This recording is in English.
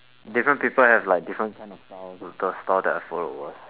different people have like different kind of styles the style that I followed was